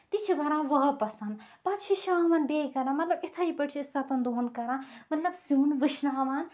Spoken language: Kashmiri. تہِ چھِ بران واپَسن پَتہٕ چھُ شامَن بیٚیہِ کران مطلب یِتھٕے پٮ۪ٹھ چھِ أسۍ سَتن دۄہن کران مطلب سیُن وُشناوان